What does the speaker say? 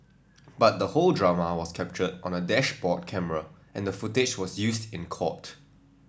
but the whole drama was captured on a dashboard camera and the footage was used in court